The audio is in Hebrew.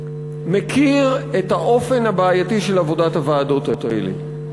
מכיר את האופן הבעייתי של עבודת הוועדות האלה.